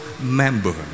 member